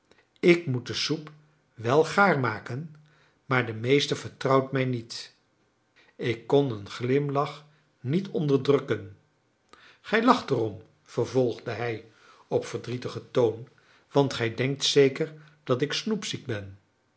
ik moet de soep wel gaarmaken maar de meester vertrouwt mij niet ik kon een glimlach niet onderdrukken gij lacht erom vervolgde hij op verdrietigen toon want gij denkt zeker dat ik snoepziek ben